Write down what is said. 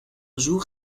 jour